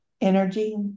energy